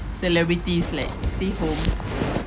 celebrities like stay home